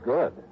Good